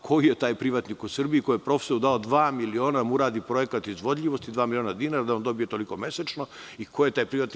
Koji je taj privatnik u Srbiji koji je profesoru dao dva miliona da mu uradi projekat izvodljivosti, dva miliona dinara da on dobije toliko mesečno i ko je taj privatnik?